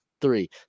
three